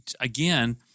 again